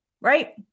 right